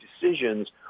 decisions